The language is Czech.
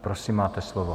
Prosím, máte slovo.